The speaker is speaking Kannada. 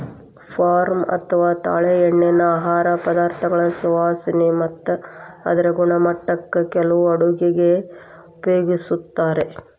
ಪಾಮ್ ಅಥವಾ ತಾಳೆಎಣ್ಣಿನಾ ಆಹಾರ ಪದಾರ್ಥಗಳ ಸುವಾಸನೆ ಮತ್ತ ಅದರ ಗುಣಮಟ್ಟಕ್ಕ ಕೆಲವು ಅಡುಗೆಗ ಉಪಯೋಗಿಸ್ತಾರ